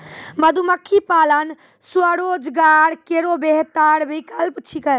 मधुमक्खी पालन स्वरोजगार केरो बेहतर विकल्प छिकै